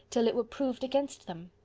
till it were proved against them?